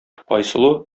айсылу